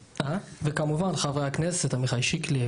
וכמובן לחברי הכנסת עמיחי שיקלי,